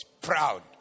Proud